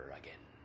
again